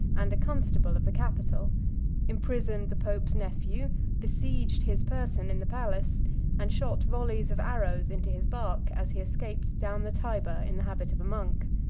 and a constable of the capitol imprisoned the pope's nephew besieged his person in the palace and shot volleys of arrows into his bark as he escaped down the tyber in the habit of a monk.